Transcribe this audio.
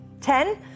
Ten